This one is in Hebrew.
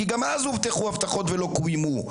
כי גם אז הובטחו הבטחות שלא קוימו.